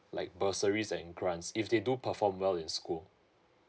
like bursaries and grants if they do perform well in school